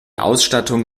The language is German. ausstattung